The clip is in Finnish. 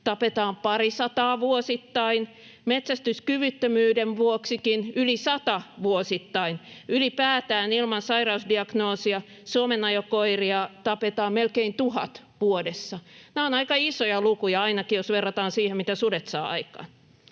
tapetaan parisataa vuosittain, metsästyskyvyttömyyden vuoksikin yli 100 vuosittain, ylipäätään ilman sairausdiagnoosia suomenajokoiria tapetaan melkein 1 000 vuodessa. Nämä ovat aika isoja lukuja, ainakin jos verrataan siihen, mitä sudet saavat aikaan.